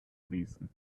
reason